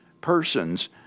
persons